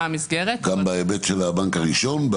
המסגרת --- גם בהיבט של הבנק הראשון?